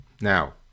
Now